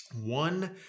one